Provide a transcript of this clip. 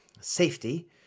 safety